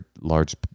large